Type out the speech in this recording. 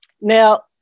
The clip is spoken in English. Now